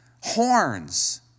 horns